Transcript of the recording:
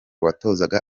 watozaga